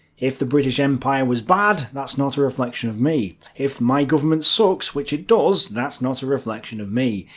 if the british empire was bad that's not a reflection of me. if my government sucks which it does that's not a reflection of me.